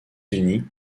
unis